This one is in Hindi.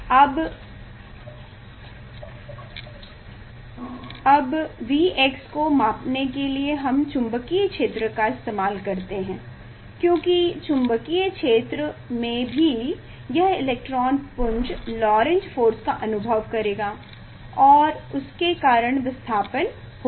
अब Vx को मापने के लिए हम चुंबकीय क्षेत्र का इस्तेमाल करते हैं क्योंकि चुंबकीय क्षेत्र में भी यह इलेक्ट्रॉन पुंज लोरेंत्ज़ फोर्स का अनुभव करेगा और उसके कारण विस्थापन होगा